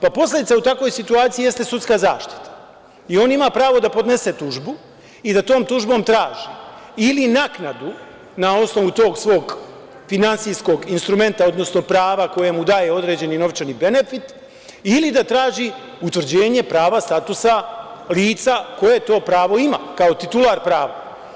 Pa, posledica u takvoj situaciji jeste sudska zaštita i on ima pravo da podnese tužbu i da tom tužbom traži ili naknadu, na osnovu tog svog finansijskog instrumenta, odnosno prava koja mu daje određeni novčani benefit, ili da traži utvrđenje prava statusa lica, koje to pravo ima, kao titular prava.